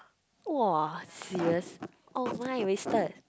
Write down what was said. !wah! serious oh mine is wasted